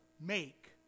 make